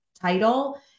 title